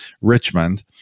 Richmond